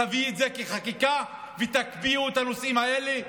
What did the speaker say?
תביא את זה כחקיקה ותקפיאו את הנושאים האלה,